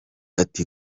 ati